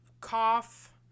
cough